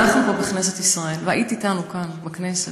אנחנו פה בכנסת ישראל והיית איתנו כאן בכנסת,